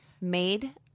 made